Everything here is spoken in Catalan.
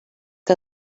que